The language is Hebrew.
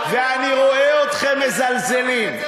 ואני רואה אתכם מזלזלים.